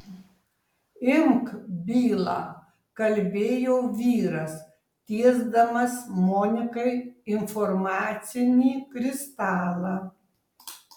imk bylą kalbėjo vyras tiesdamas monikai informacinį kristalą